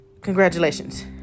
congratulations